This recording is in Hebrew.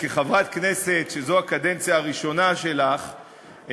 כחברת כנסת שזו הקדנציה הראשונה שלך,